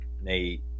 Nate